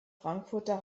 frankfurter